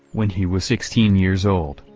when he was sixteen years old,